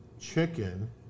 chicken